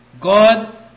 God